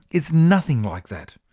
it's nothing like that.